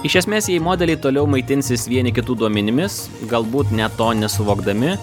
iš esmės jei modeliai toliau maitinsis vieni kitų duomenimis galbūt net to nesuvokdami